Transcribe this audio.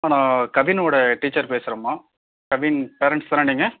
நான் கவினோட டீச்சர் பேசுகிறேம்மா கவின் பேரண்ட்ஸ் தானே நீங்கள்